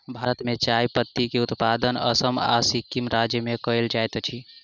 भारत में चाह पत्ती के उत्पादन असम आ सिक्किम राज्य में कयल जाइत अछि